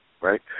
right